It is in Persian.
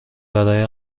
برای